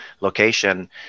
location